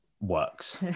works